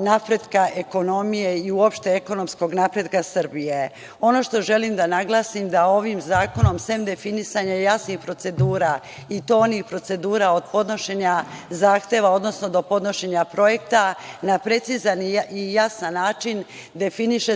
napretka ekonomije i uopšte ekonomskog napretka Srbije. Ono što želim da naglasim jeste da se ovim zakonom, sem definisanja jasnih procedura, i to onih procedura od podnošenja zahteva, odnosno do podnošenja projekta, na precizan i jasan način definiše